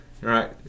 right